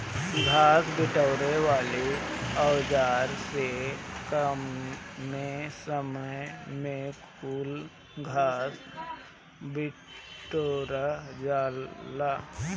घास बिटोरे वाली औज़ार से कमे समय में कुल घास बिटूरा जाला